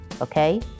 okay